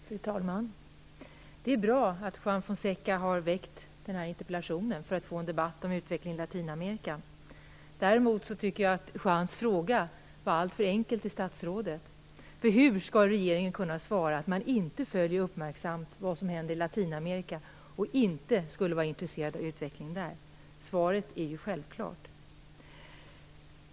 Fru talman! Det är bra att Juan Fonseca har väckt den här interpellationen för att få en debatt om utvecklingen i Latinamerika. Däremot tycker jag att hans fråga till statsrådet var alltför enkel. Hur skall regeringen kunna svara att man inte uppmärksamt följer vad som händer i Latinamerika och att man inte är intresserad av utvecklingen där? Svaret är ju självklart.